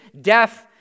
death